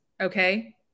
Okay